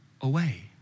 away